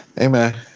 Amen